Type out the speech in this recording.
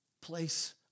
place